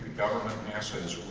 government nasa is